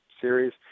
series